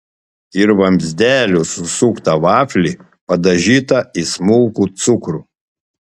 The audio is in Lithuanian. ir vamzdeliu susuktą vaflį padažytą į smulkų cukrų